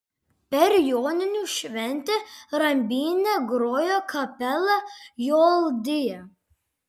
per joninių šventę rambyne grojo kapela joldija